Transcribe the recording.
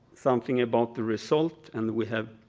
something about the result and we have